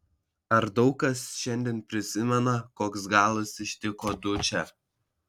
ar daug kas šiandien prisimena koks galas ištiko dučę